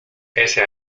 ese